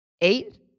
Eight